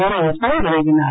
நாராயணசாமி வழங்கினார்